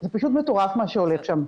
זה פשוט מטורף מה שהולך שם.